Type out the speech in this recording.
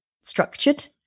structured